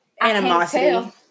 animosity